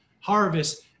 harvest